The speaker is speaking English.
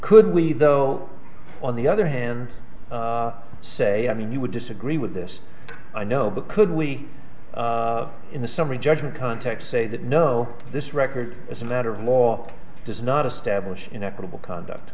could we though on the other hand say i mean you would disagree with this i know but could we in the summary judgment context say that no this record as a matter of law does not establish in equitable conduct